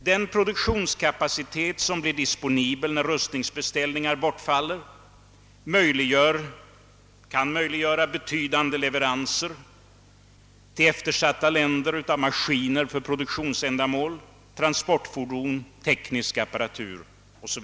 Den produktionskapacitet som blir disponibel när rustningsbeställningar bortfaller kan möjliggöra betydande leveranser till eftersatta länder av maskiner för produktionsändamål, transportfordon, teknisk apparatur o. sS.